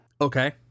Okay